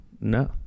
no